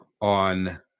on